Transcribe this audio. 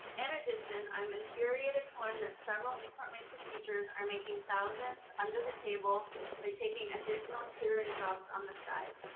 in addition, i'm infuriated to learn that several newport-mesa teachers are making thousands under the table by taking additional tutoring jobs on the side.